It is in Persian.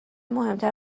مهمتر